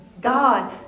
God